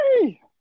Hey